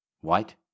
white